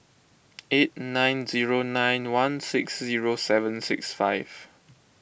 eight nine zero nine one six zero seven six five